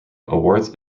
awards